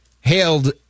hailed